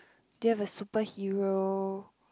do you have a super hero